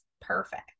perfect